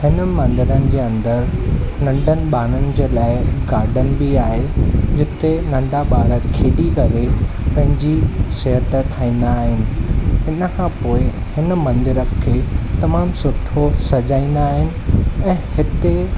हुननि मंदरनि जे अंदरि नंढनि ॿारनि जे लाइ गार्डन बि आहे जते नंढा ॿार खेॾी करे पंहिंजी सेहत ठाहींदा आहिनि उन खां पोइ हिन मंदर खे तमामु सुठो सजाईंदा आहिनि ऐं हिते